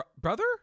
brother